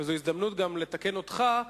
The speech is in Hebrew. זו הזדמנות לתקן גם אותך.